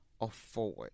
afford